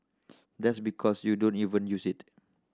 that's because you don't even use it